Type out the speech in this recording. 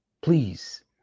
please